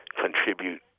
contribute